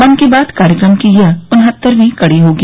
मन की बात कार्यक्रम की यह उनहत्तरवीं कड़ी होगी